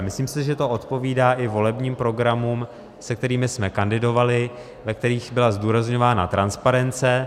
Myslím si, že to odpovídá i volebním programům, se kterými jsme kandidovali, ve kterých byla zdůrazňována transparence.